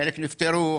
חלק נפטרו,